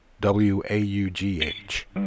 W-A-U-G-H